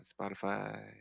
Spotify